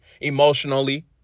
emotionally